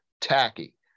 tacky